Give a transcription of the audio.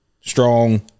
Strong